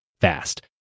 fast